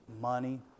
money